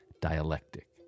dialectic